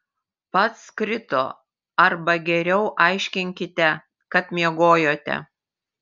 pats krito arba geriau aiškinkite kad miegojote